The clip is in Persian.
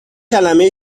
کلمه